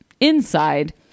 inside